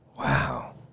Wow